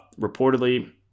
reportedly